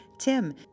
Tim